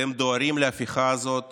אתם דוהרים להפיכה הזאת